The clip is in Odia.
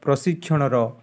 ପ୍ରଶିକ୍ଷଣର